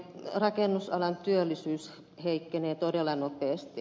rakennusalan työllisyys heikkenee todella nopeasti